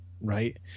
right